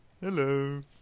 Hello